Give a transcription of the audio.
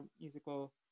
musical